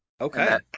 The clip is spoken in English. okay